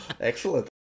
excellent